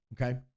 Okay